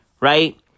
Right